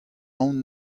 aon